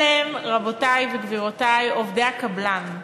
רבותי וגבירותי, אלה הם עובדי הקבלן.